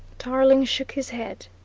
tarling shook his head.